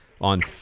on